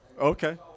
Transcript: Okay